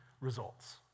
results